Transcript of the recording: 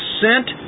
sent